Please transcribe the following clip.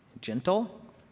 gentle